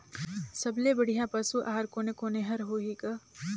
सबले बढ़िया पशु आहार कोने कोने हर होही ग?